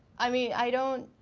i mean i don't,